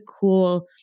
cool